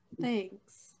thanks